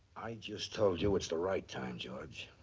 i just told you it's the right time, george.